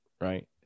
right